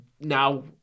now